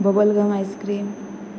bubblegum ice cream